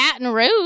Rouge